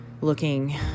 looking